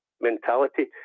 mentality